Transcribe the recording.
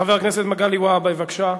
חבר הכנסת מגלי והבה, בבקשה.